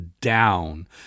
down